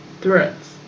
threats